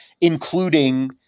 including